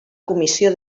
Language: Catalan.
comissió